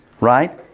right